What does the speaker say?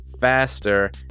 faster